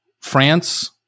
France